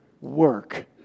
Work